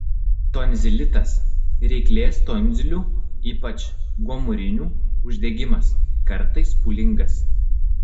tonzilitas ryklės tonzilių ypač gomurinių uždegimas kartais pūlingas